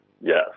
Yes